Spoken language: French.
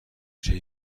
j’ai